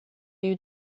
you